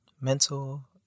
mental